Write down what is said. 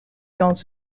dans